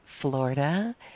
florida